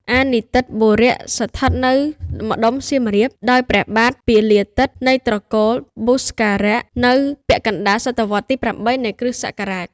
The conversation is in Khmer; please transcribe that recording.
អនីន្ទិត្យបុរៈ ស្ថិតនៅម្តុំសៀមរាប ដោយព្រះបាទ ពាលាទិត្យ នៃត្រកូល បុស្ករាក្ស នៅពាក់កណ្តាលសតវត្សរ៍ទី៨ នៃគ្រិស្តសករាជ ។